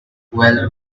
well